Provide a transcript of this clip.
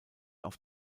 auf